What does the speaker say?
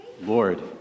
Lord